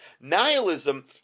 Nihilism